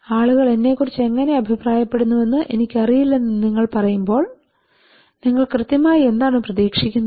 ആളുകൾ എന്നെക്കുറിച്ച് എങ്ങനെ അഭിപ്രായപ്പെടുന്നുവെന്ന് എനിക്കറിയില്ലെന്ന് നിങ്ങൾ പറയുമ്പോൾ നിങ്ങൾ കൃത്യമായി എന്താണ് പ്രതീക്ഷിക്കുന്നത്